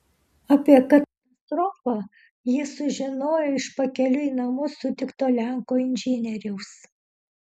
apie katastrofą jis sužinojo iš pakeliui į namus sutikto lenko inžinieriaus